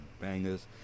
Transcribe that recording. Bangers